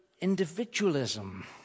individualism